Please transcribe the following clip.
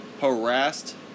harassed